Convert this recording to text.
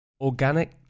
Organic